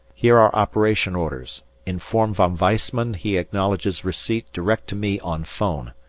here are operation orders inform von weissman he acknowledges receipt direct to me on phone.